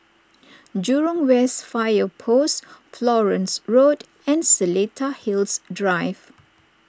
Jurong West Fire Post Florence Road and Seletar Hills Drive